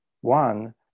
One